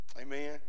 Amen